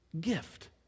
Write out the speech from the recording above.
gift